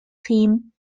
him